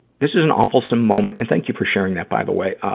this is an awfulsome moment and thank you for sharing that, by the way